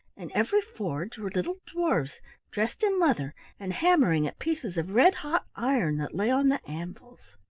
in every forge were little dwarfs dressed in leather and hammering at pieces of red-hot iron that lay on the anvils.